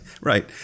right